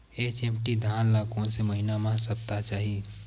HMT धान ल कोन से महिना म सप्ता चाही?